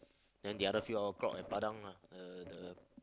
then the other few hour clock at Padang lah the the